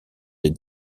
des